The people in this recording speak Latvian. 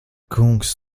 kungs